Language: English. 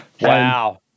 Wow